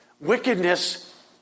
wickedness